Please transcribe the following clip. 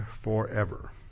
forever